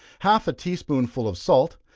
half a tea spoonful of salt,